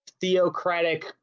theocratic